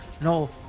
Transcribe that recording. No